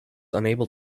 unable